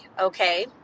okay